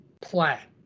Plat